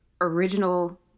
original